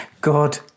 God